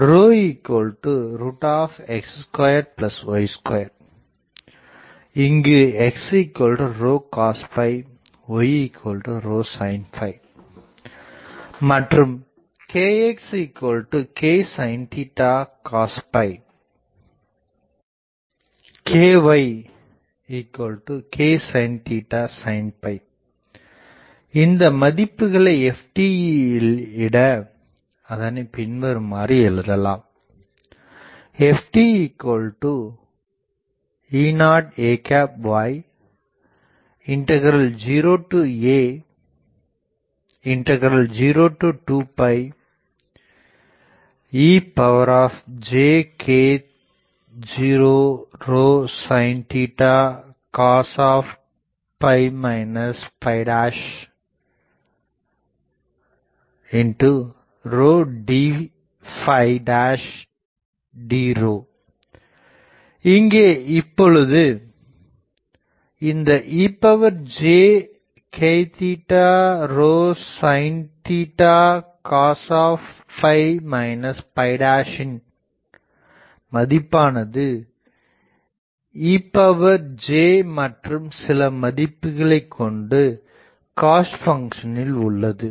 x2y2 இங்கு x cos y sin மற்றும் kxk sin cos kyk sin sin இந்த மதிப்புகளை ft யிலிட அதனை பின்வருமாறு எழுதலாம் ftE0ay0 a02 ejk0sin cos dd இங்கே இப்பொழுது ejk0sin cos இதன் மதிப்பானது ej மற்றும் சில மதிப்புகள் கொண்டு cos பங்க்ஷனில் உள்ளது